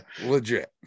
Legit